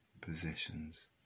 possessions